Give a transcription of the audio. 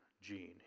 Gene